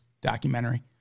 documentary